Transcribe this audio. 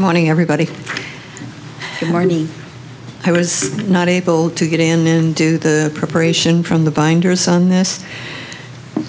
morning everybody good morning i was not able to get in and do the preparation from the binders on this